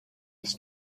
his